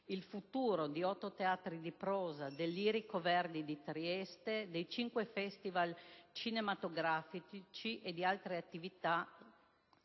Il futuro di otto teatri di prosa, del Lirico "Verdi" di Trieste, dei cinque festival cinematografici e di altre attività